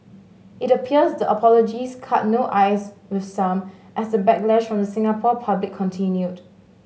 it appears the apologies cut no ice with some as the backlash from the Singapore public continued